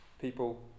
people